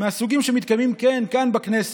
מהסוג שמתקיים, כן, כאן בכנסת.